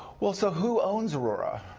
well, so who owns aurora?